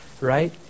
right